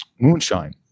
moonshine